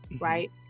right